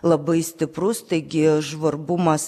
labai stiprus taigi žvarbumas